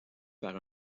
par